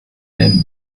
limb